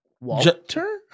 Walter